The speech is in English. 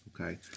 Okay